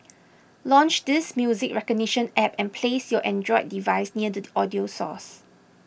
launch this music recognition app and place your Android device near the audio source